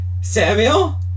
Samuel